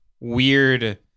weird